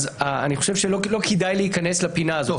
אז אני חושב שלא כדאי להיכנס לפינה הזאת,